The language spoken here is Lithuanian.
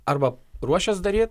arba ruošias daryt